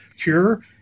cure